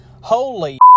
holy